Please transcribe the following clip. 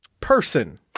person